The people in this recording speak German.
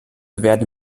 werden